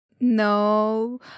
No